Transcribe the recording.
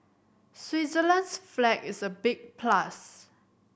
Switzerland's flag is a big plus